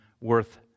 worth